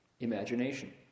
Imagination